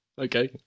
okay